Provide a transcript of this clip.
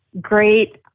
great